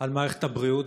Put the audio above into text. על מערכת הבריאות,